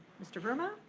mr. verma,